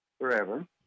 forever